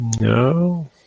No